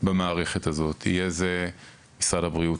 במערכת הזאת: משרד הבריאות,